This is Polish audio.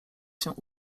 się